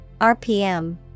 RPM